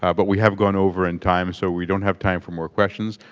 ah but we have gone over in time, so we don't have time for more questions.